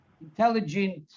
intelligent